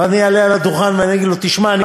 ואני אעלה לדוכן ואני אגיד לו: תשמע,